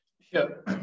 Sure